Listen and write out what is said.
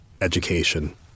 education